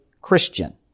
Christian